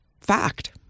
fact